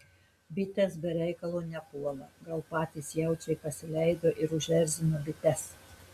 bitės be reikalo nepuola gal patys jaučiai pasileido ir užerzino bites